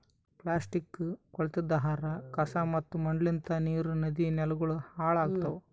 plastic, ಕೊಳತಿದ್ ಆಹಾರ, ಕಸಾ ಮತ್ತ ಮಣ್ಣಲಿಂತ್ ನೀರ್, ನದಿ, ನೆಲಗೊಳ್ ಹಾಳ್ ಆತವ್